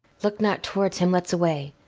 look not towards him, let's away.